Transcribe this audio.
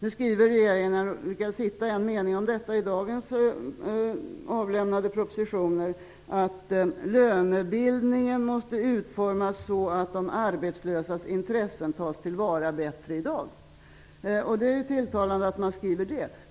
Jag har lyckats hitta en mening om detta i dagens avlämnade propositioner. Regeringen skriver att lönebildningen måste utformas så att de arbetslösas intressen tas till vara bättre i dag. Det är tilltalande att regeringen skriver så.